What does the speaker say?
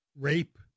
rape